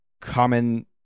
common